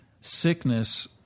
sickness